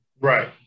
Right